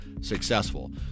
successful